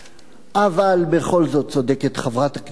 אבל בכל זאת צודקת חברת הכנסת חוטובלי,